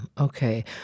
okay